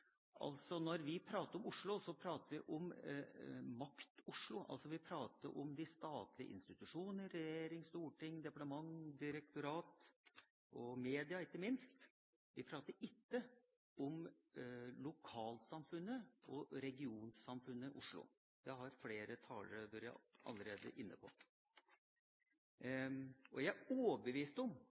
Når vi prater om Oslo, prater vi om Makt-Oslo, altså vi prater om de statlige institusjoner – regjering, storting, departement, direktorat og media ikke minst. Vi prater ikke om lokalsamfunnet og det regionale samfunnet Oslo. Det har flere talere allerede vært inne på. Jeg er overbevist om